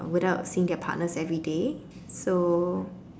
without seeing their partners everyday so